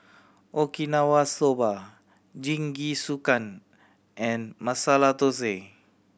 Okinawa Soba Jingisukan and Masala Dosa